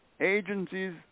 Agencies